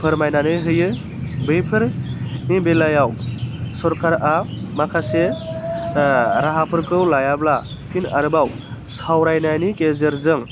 फोरमायनानै होयो बैफोरनि बेलायाव सरखारा माखासे राहाफोरखौ लायाब्ला फिन आरोबाव सावरायनायनि गेजेरजों